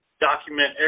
document